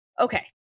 Okay